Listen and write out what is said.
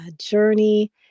journey